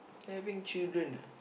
having children ah